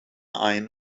ein